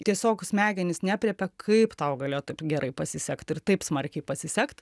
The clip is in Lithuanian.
tiesiog smegenys neaprėpia kaip tau galėjo taip gerai pasisekt ir taip smarkiai pasisekt